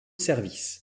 services